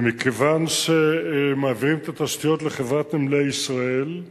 ומכיוון שמעבירים את התשתיות לחברת "נמלי ישראל",